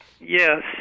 Yes